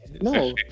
No